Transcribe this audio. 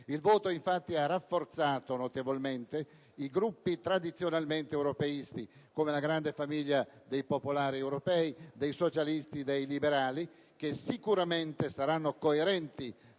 Il voto infatti ha rafforzato notevolmente i gruppi tradizionalmente europeisti, come la grande famiglia dei popolari europei, dei socialisti, dei liberali, che sicuramente saranno coerenti